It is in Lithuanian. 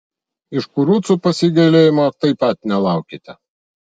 iš kurucų pasigailėjimo taip pat nelaukite